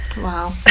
wow